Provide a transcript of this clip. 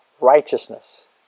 righteousness